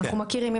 אנחנו מכירים אותם,